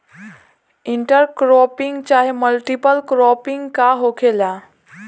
Inter cropping चाहे multiple cropping का होखेला?